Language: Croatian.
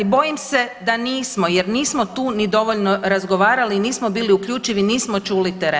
Bojim se da nismo, jer nismo tu ni dovoljno razgovarali, nismo bili uključivi, nismo čuli teren.